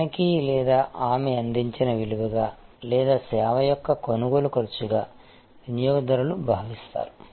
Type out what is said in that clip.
అతనికి లేదా ఆమె అందించిన విలువగా లేదాసేవ యొక్క కొనుగోలు ఖర్చుగా వినియోగదారులు భావిస్తారు